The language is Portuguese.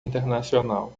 internacional